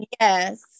Yes